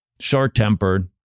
short-tempered